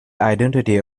identity